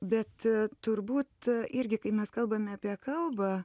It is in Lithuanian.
bet turbūt irgi kai mes kalbame apie kalbą